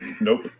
Nope